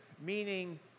meaning